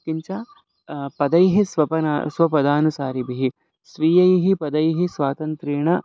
किञ्च पदैः स्वपदः स्वपदानुसारिभिः स्वीयैः पदैः स्वातन्त्रेण